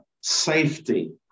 Safety